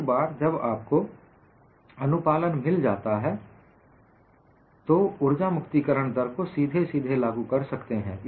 एक बार जब आपको अनुपालन मिल जाता है तो उर्जा मुक्ति करण दर को सीधे सीधे लागू कर सकते हैं